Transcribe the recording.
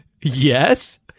Yes